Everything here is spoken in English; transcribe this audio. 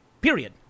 period